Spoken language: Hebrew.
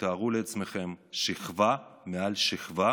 תתארו לעצמכם, שכבה מעל שכבה